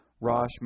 Rosh